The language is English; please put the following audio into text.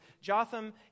Jotham